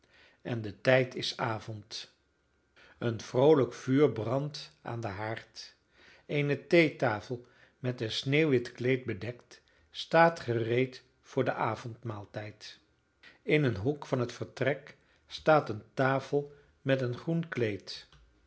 en de tijd is avond een vroolijk vuur brandt aan den haard eene theetafel met een sneeuwwit kleed bedekt staat gereed voor den avondmaaltijd in een hoek van het vertrek staat een tafel met een groen kleed